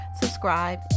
subscribe